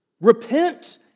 repent